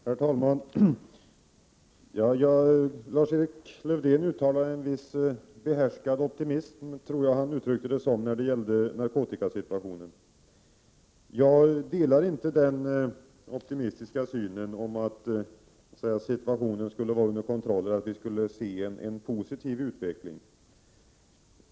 Herr talman! Lars-Erik Lövdén känner en viss behärskad optimism — jag tror att det var så han uttryckte det — när det gäller narkotikasituationen. Jag delar inte den optimistiska synen — att situationen skulle vara under kontroll och att vi skulle kunna se en positiv utveckling.